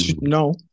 No